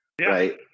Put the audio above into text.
right